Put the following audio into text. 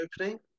opening